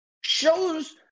shows